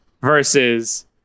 versus